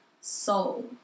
soul